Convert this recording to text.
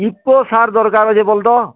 UCO sir ଦର୍କାର୍ ଅଛେ ବଲ୍ ତ